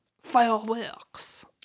Fireworks